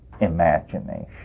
imagination